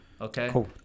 Okay